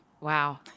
Wow